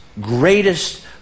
greatest